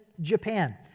Japan